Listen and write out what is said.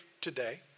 today